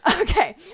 Okay